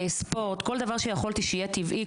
ספורט, כל דבר שיכולתי שיהיה טבעי.